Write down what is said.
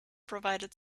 provided